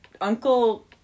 uncle